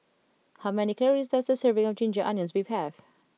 how many calories does a serving of Ginger Onions Beef have